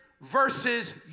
versus